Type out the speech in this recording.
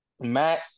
Matt